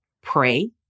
pray